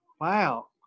Wow